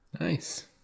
Nice